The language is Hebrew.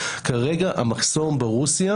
כרגע המחסום ברוסיה,